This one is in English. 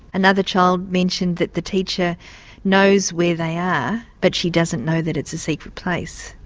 another child mentioned that the teacher knows where they are but she doesn't know that it's a secret place.